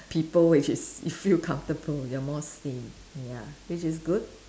people which is you feel comfortable you are more sane ya which is good